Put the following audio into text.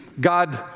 God